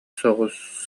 соҕус